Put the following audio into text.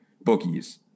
bookies